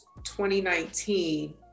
2019